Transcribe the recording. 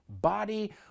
body